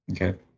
Okay